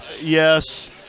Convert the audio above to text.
Yes